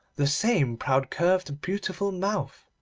the same proud curved beautiful mouth,